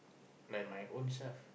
like my ownself